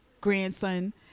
grandson